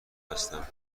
هستم